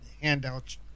handouts